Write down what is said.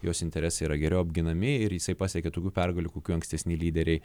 jos interesai yra geriau apginami ir jisai pasiekė tokių pergalių kokių ankstesni lyderiai